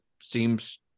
seems